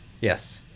yes